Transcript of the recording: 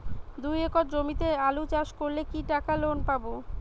দুই একর জমিতে আলু চাষ করলে কি টাকা লোন পাবো?